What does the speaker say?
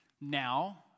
Now